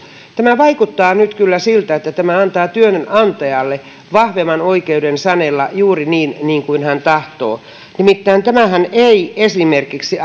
tämä vaikuttaa nyt kyllä siltä että tämä antaa työnantajalle vahvemman oikeuden sanella juuri niin niin kuin hän tahtoo nimittäin tämähän ei esimerkiksi